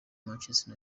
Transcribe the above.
manchester